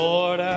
Lord